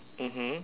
mmhmm